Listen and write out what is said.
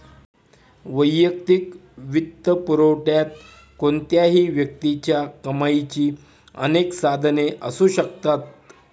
वैयक्तिक वित्तपुरवठ्यात कोणत्याही व्यक्तीच्या कमाईची अनेक साधने असू शकतात